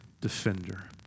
defender